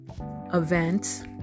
event